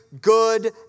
good